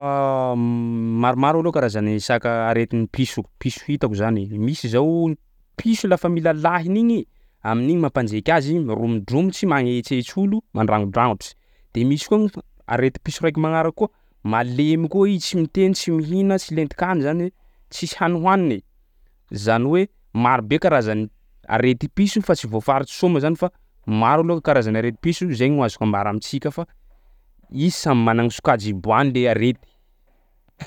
Maromaro aloha karazany saka aretin'ny piso piso hitako zany. Misy zao piso lafa mila lahiny igny i amin'igny mampanjeky azy, romodromotsy magnetsetsy olo mandrangojangotry de misy koa n- arety piso raiky magnaraky koa malemy koa i tsy miteny tsy mihina tsy lenti-kany zay tsisy hany hohaniny, zany hoe marobe karazany arety piso fa tsy voafaritry soa moa zany fa maro aloha karazana arety piso zay gny azoko ambara amintsika fa izy samby mana gny sokajy iboahany le arety.